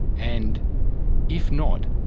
and if not,